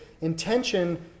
Intention